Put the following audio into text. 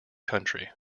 country